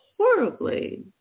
horribly